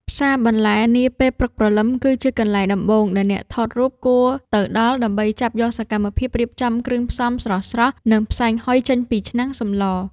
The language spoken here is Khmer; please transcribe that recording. ផ្សារបន្លែនាពេលព្រឹកព្រលឹម គឺជាកន្លែងដំបូងដែលអ្នកថតរូបគួរទៅដល់ ដើម្បីចាប់យកសកម្មភាពរៀបចំគ្រឿងផ្សំស្រស់ៗ និងផ្សែងហុយចេញពីឆ្នាំងសម្ល។